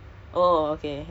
ya